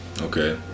Okay